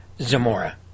Zamora